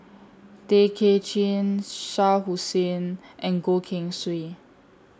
Tay Kay Chin Shah Hussain and Goh Keng Swee